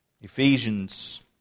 Ephesians